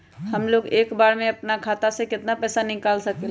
हमलोग एक बार में अपना खाता से केतना पैसा निकाल सकेला?